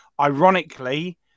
Ironically